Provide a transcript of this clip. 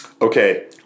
Okay